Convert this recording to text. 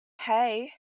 hey